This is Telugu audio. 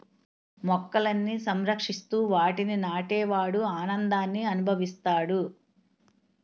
మొక్కలని సంరక్షిస్తూ వాటిని నాటే వాడు ఆనందాన్ని అనుభవిస్తాడు